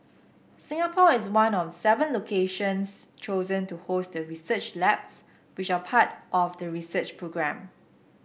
Singapore is one of seven locations chosen to host the research labs which are part of the research programme